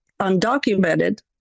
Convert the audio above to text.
undocumented